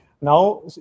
now